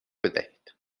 بدهید